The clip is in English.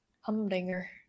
Humdinger